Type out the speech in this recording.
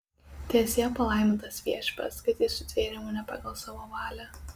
teesie palaimintas viešpats kad jis sutvėrė mane pagal savo valią